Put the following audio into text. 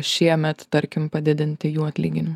šiemet tarkim padidinti jų atlyginimus